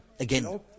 Again